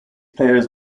players